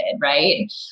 right